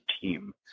team